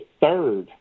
third